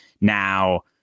Now